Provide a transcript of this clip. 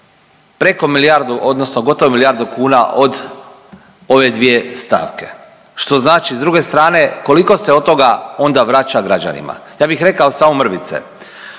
preko milijardu odnosno gotovo milijardu kuna od ove dvije stavke. Što znači s druge strane koliko se od toga onda vraća građanima. Ja bih rekao samo mrvice.